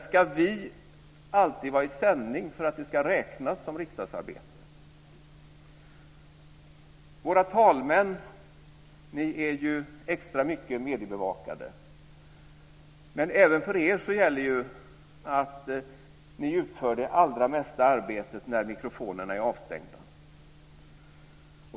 Ska vi alltid vara i sändning för att det ska räknas som riksdagsarbete? Våra talmän är ju extra mycket mediebevakade, och även för er gäller ju att ni utför det allra mesta arbetet när mikrofonerna är avstängda.